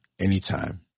anytime